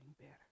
better